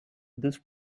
this